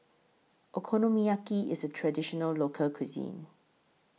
Okonomiyaki IS A Traditional Local Cuisine